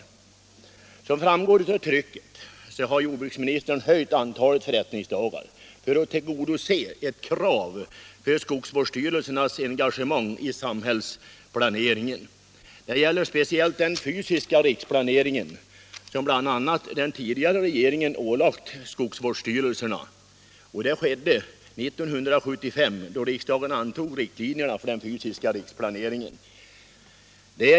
Som framgår av trycket har jordbruksministern föreslagit en höjning av antalet förrättningsdagar för att tillgodose ett krav på skogsvårdsstyrelsernas engagemang i samhällsplaneringen. Det gäller speciellt arbetet med den fysiska riksplaneringen, som den tidigare regeringen ålade skogsvårdsstyrelserna; det skedde 1975, då riksdagen antog riktlinjerna för den fysiska riksplaneringen.